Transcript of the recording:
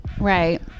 Right